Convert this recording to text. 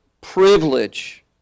privilege